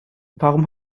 warum